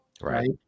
Right